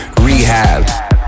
rehab